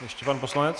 Ještě pan poslanec.